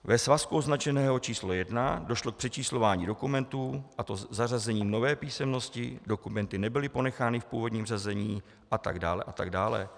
Ve svazku označeném číslo jedna došlo k přečíslování dokumentů, a to zařazením nové písemnosti, dokumenty nebyly ponechány v původním řazení atd.